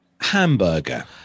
hamburger